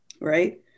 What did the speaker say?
right